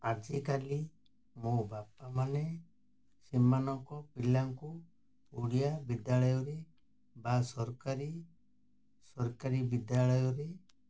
ଆଜିକାଲି ମୋ ବାପାମାନେ ସେମାନଙ୍କ ପିଲାଙ୍କୁ ଓଡ଼ିଆ ବିଦ୍ୟାଳୟରେ ବା ସରକାରୀ ସରକାରୀ ବିଦ୍ୟାଳୟରେ